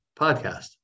podcast